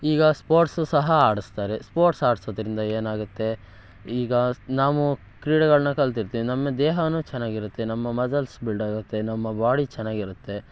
ಈಗ ಸ್ಪೋರ್ಟ್ಸು ಸಹ ಆಡಿಸ್ತಾರೆ ಸ್ಪೋರ್ಟ್ಸ್ ಆಡಿಸೋದ್ರಿಂದ ಏನಾಗುತ್ತೆ ಈಗ ಸ್ ನಾವು ಕ್ರೀಡೆಗಳನ್ನ ಕಲ್ತಿರ್ತೀವಿ ನಮ್ಮ ದೇಹವೂ ಚೆನ್ನಾಗಿರುತ್ತೆ ನಮ್ಮ ಮಸಲ್ಸ್ ಬಿಲ್ಡಾಗುತ್ತೆ ನಮ್ಮ ಬಾಡಿ ಚೆನ್ನಾಗಿರುತ್ತೆ